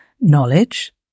knowledge